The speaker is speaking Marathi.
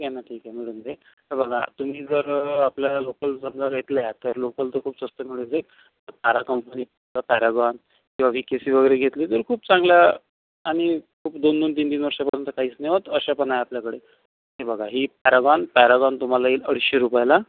ठीक आहे ना ठीक आहे मिळून जाईल हे बघा तुम्ही जर आपल्या लोकल समजा घेतल्या तर लोकल तर खूप स्वस्त मिळून जाईल पैरागॉन कंपनीचं पैरागॉन किवा वी के सी वगैरे घेतली तर खूप चांगलं आणि खूप दोन दोन तीन तीन वर्षापर्यंत काहीच नाही होत असे पण आहे आपल्याकडे ही बघा ही पैरागॉन पैरागॉन तुम्हाला येईल अडीचशे रुपयाला